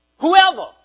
Whoever